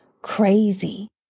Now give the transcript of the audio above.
crazy